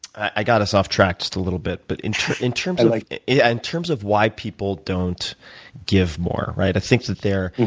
i got us off track just a little bit. but in in terms like and terms of why people don't give more, right? i think that there,